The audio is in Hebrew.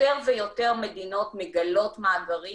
יותר ויותר מדינות מגלות מאגרים